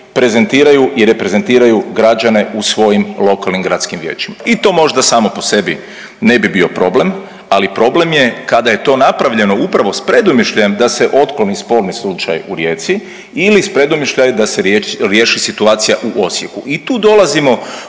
prezentiraju i reprezentiraju građane u svojim lokalnim gradskim vijećima. I to možda samo po sebi ne bi bio problem, ali problem je kada je to napravljeno upravo s predumišljajem da otkloni sporni slučaj u Rijeci ili s predumišljajem da se riješi situacija u Osijeku.